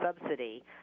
subsidy